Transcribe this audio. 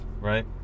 right